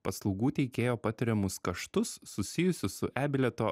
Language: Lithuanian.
paslaugų teikėjo patiriamus kaštus susijusius su e bilieto